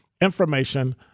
information